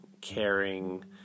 caring